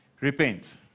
repent